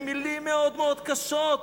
ומלים מאוד מאוד קשות: